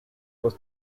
was